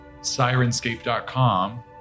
Sirenscape.com